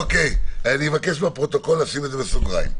אני מבקש מהפרוטוקול לשים את זה בסוגריים.